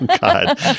God